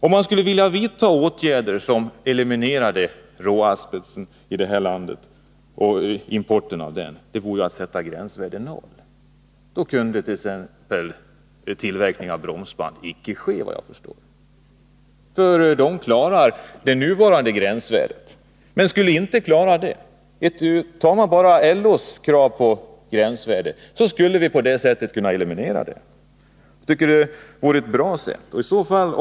Om man skulle vilja vidta åtgärder som eliminerade råasbest och import av den skulle det gå att sätta gränsvärde noll. Då kunde, såvitt jag förstår, bromsband med asbest inte tillverkas. De klarar nuvarande gränsvärde men skulle inte klara ett gränsvärde satt till noll. Om man tillmötesgår LO:s krav på gränsvärde skulle man kunna eliminera asbest. Det vore ett bra sätt att lösa frågan.